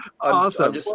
Awesome